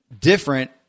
different